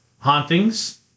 hauntings